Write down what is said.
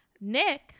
Nick